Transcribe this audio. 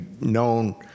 known